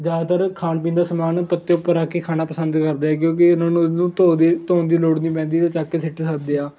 ਜ਼ਿਆਦਾਤਰ ਖਾਣ ਪੀਣ ਦਾ ਸਮਾਨ ਪੱਤੇ ਉੱਪਰ ਰੱਖ ਕੇ ਖਾਣਾ ਪਸੰਦ ਕਰਦੇ ਆ ਕਿਉਂਕਿ ਉਹਨਾਂ ਨੂੰ ਧੋ ਦੀ ਧੋਣ ਦੀ ਲੋੜ ਨਹੀਂ ਪੈਂਦੀ ਅਤੇ ਚੱਕ ਕੇ ਸਿੱਟ ਸਕਦੇ ਆ